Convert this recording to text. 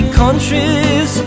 countries